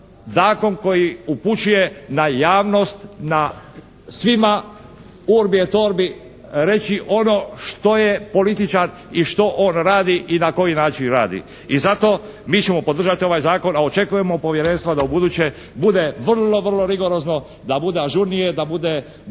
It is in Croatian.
zakon koji upućuje na javnost, na svim urbi e torbi reći ono što je političar i što on radi i na koji način radi. I zato mi ćemo podržati ovaj zakon, a očekujmo od povjerenstva da ubuduće bude vrlo, vrlo rigorozno, da bude ažurnije, a bude